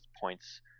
points